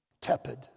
tepid